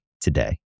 today